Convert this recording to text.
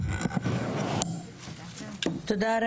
תודה רבה.